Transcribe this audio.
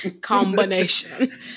Combination